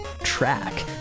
track